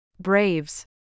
Braves